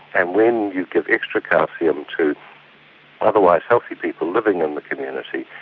and when you give extra calcium to otherwise healthy people living in the community,